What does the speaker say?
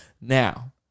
Now